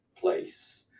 place